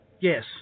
yes